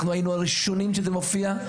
אנחנו היינו הראשונים שזה מופיע.